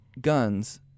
guns